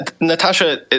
Natasha